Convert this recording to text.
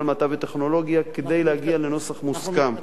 מדע וטכנולוגיה כדי להגיע לנוסח מוסכם.